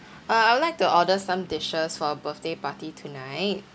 uh I would like to order some dishes for a birthday party tonight